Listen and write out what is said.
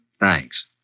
Thanks